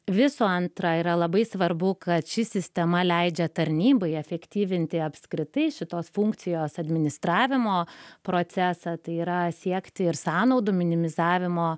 visų antra yra labai svarbu kad ši sistema leidžia tarnybai efektyvinti apskritai šitos funkcijos administravimo procesą tai yra siekti ir sąnaudų minimizavimo